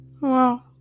wow